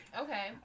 Okay